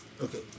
Okay